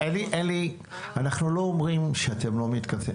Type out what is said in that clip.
אנחנו לא אומרים שאתם לא מתכנסים.